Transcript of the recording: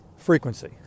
frequency